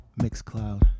Mixcloud